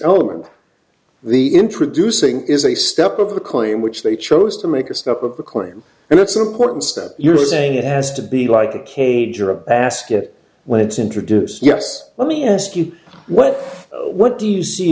element the introducing is a step of the coin which they chose to make a step of the claim and it's an important step you're saying it has to be like a cage or a basket when it's introduced yes let me ask you what what do you see